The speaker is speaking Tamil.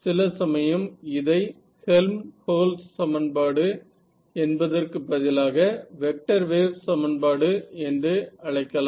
சில சமயம் இதை ஹெல்ம்ஹோல்ட்ஸ் சமன்பாடு என்பதற்கு பதிலாக வெக்டர் வேவ் சமன்பாடு என்று அழைக்கலாம்